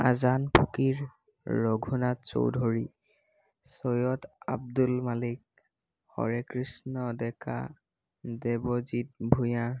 Azan Fakir Raghunath Choudhury Syed Abdul Malik Hare Krishna Deka Debajit Bhuyan